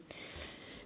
ya